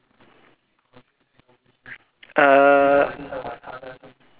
uh